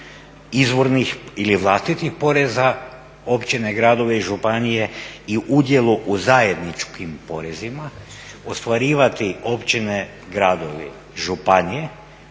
izvornih ili vlastitih poreza općine, gradove i županije i udjelu u zajedničkim porezima ostvarivati općine, gradovi, županije